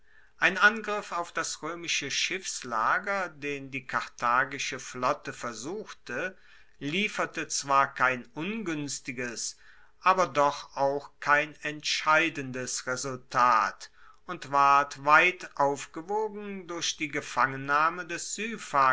ein angriff auf das roemische schiffslager den die karthagische flotte versuchte lieferte zwar kein unguenstiges aber doch auch kein entscheidendes resultat und ward weit aufgewogen durch die gefangennahme des